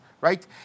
right